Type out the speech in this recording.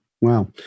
Wow